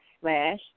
slash